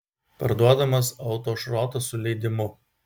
parduodamas autošrotas su leidimu